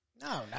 No